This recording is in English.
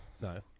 no